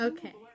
Okay